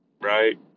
Right